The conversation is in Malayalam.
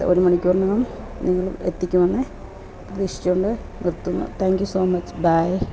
ഒരുമണിക്കൂറിനകം നിങ്ങള് എത്തിക്കുമെന്ന് പ്രതീക്ഷിച്ചുകൊണ്ട് നിർത്തുന്നു thank you so much by